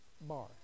bar